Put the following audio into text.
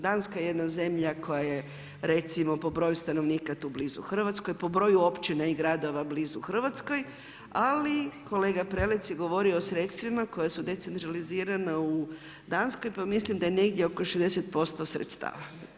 Danska je jedna zemlja koja je recimo, po broju stanovnika tu blizu Hrvatskoj, po broju općina i gradova blizu Hrvatskoj, ali kolega Prelec je govorio o sredstvima koja su decentralizirana u danskoj pa mislim da je negdje oko 60% sredstava.